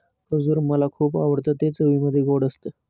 खजूर मला खुप आवडतं ते चवीमध्ये गोड असत